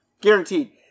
Guaranteed